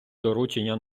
доручення